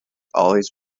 always